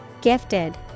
Gifted